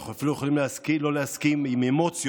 אנחנו אפילו יכולים לא להסכים עם אמוציות,